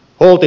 helgi